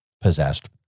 possessed